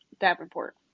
Davenport